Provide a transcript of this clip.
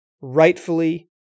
rightfully